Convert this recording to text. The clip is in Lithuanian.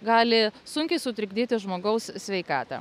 gali sunkiai sutrikdyti žmogaus sveikatą